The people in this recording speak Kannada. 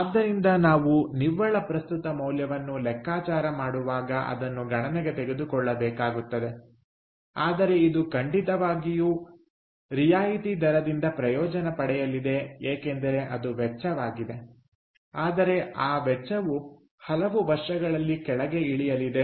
ಆದ್ದರಿಂದ ನಾವು ನಿವ್ವಳ ಪ್ರಸ್ತುತ ಮೌಲ್ಯವನ್ನು ಲೆಕ್ಕಾಚಾರ ಮಾಡುವಾಗ ಅದನ್ನು ಗಣನೆಗೆ ತೆಗೆದುಕೊಳ್ಳಬೇಕಾಗುತ್ತದೆ ಆದರೆ ಇದು ಖಂಡಿತವಾಗಿಯೂ ರಿಯಾಯಿತಿ ದರದಿಂದ ಪ್ರಯೋಜನ ಪಡೆಯಲಿದೆ ಏಕೆಂದರೆ ಅದು ವೆಚ್ಚವಾಗಿದೆ ಆದರೆ ಆ ವೆಚ್ಚವು ಹಲವು ವರ್ಷಗಳಲ್ಲಿ ಕೆಳಗೆ ಇಳಿಯಲಿದೆ